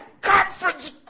conference